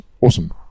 awesome